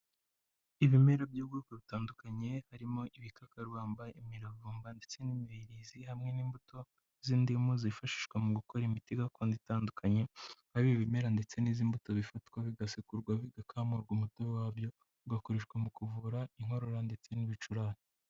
Ibimera by'ubwoko butandukanye harimo ibikakarubamba, imiravumba ndetse n'imibirizi, hamwe n'imbuto z'indimu zifashishwa mu gukora imiti gakondo itandukanye, aho ibi bimera ndetse n'izi mbuto bifatwa bigasekurwa bigakamurwa umutobe wabyo ugakoreshwa mu kuvura inkorora ndetse n'ibicurane.